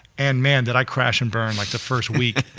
and man did i crash and burn like the first week,